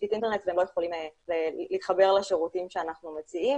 תשתית האינטרנט והם לא יכולים להתחבר לשירותים שאנחנו מציעים.